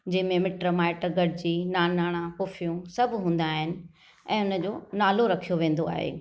जंहिं में मिट माइट गॾजी नानाणा पुफियुं सभु हूंदा आहिनि ऐं हुन जो नालो रखियो वेंदो आहे